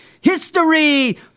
history